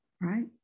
right